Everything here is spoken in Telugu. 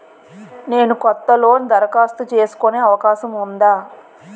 నేను కొత్త లోన్ దరఖాస్తు చేసుకునే అవకాశం ఉందా?